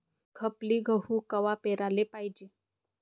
खपली गहू कवा पेराले पायजे?